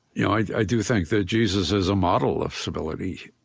yeah i do think that jesus is a model of civility,